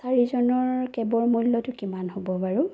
চাৰিজনৰ কেবৰ মূল্যটো কিমান হ'ব বাৰু